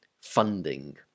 Funding